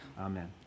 Amen